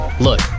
Look